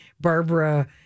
Barbara